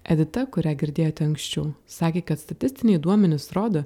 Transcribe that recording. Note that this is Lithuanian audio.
edita kurią girdėjote anksčiau sakė kad statistiniai duomenys rodo